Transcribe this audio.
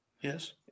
yes